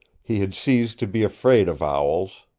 he had ceased to be afraid of owls.